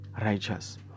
righteous